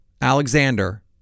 Alexander